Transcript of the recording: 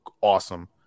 awesome